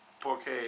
Porque